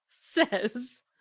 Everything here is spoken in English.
says